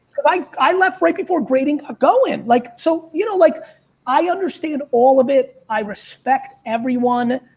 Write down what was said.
cause i i left right before grading a goal in. like so you know, like i understand all of it. i respect everyone.